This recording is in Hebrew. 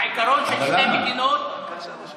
העיקרון של שתי מדינות, אבל למה?